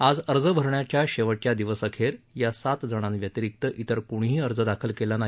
आज अर्ज भरण्याच्या शेवटच्या दिवसअखेर या सात जणांव्यतिरीक्त इतर कृणीही अर्ज दाखल केला नाही